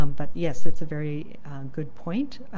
um but yes, it's a very good point.